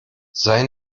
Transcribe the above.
sei